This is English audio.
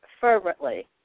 fervently